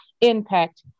Impact